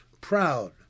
proud